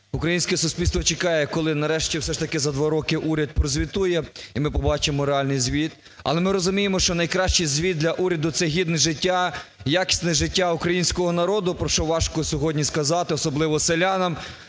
українське суспільство чекає, коли нарешті все ж таки за два роки уряд прозвітує, і ми побачимо реальний звіт. Але ми розуміємо, що найкращий звіт для уряду – це гідне життя, якісне життя українського народу, про що важко сьогодні сказати, особливо селянам,